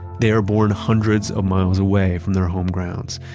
they are born hundreds of miles away from their home grounds,